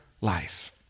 life